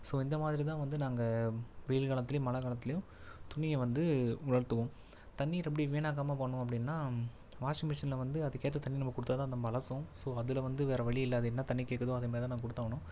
so இந்த மாதிரி தான் வந்து நாங்கள் வெயில் காலத்துலேயும் மழை காலத்துலேயும் துணியை வந்து உலர்த்துவோம் தண்ணீர் எப்படி வீணாக்காமல் பண்ணுவோம் அப்படின்னா வாஷிங்மிஷினில் வந்து அதுக்கேற்ற தண்ணி கொடுத்தா தான் அது அலசும் ஸோ அதில் வந்து வேறு வழியில்லை அது என்ன தண்ணி கேட்குதோ அதை மாரி நம்ம கொடுத்தாவுணும்